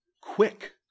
quick